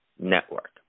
network